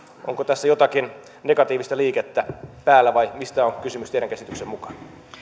onko tässä jotakin negatiivista liikettä päällä vai mistä on kysymys teidän käsityksenne mukaan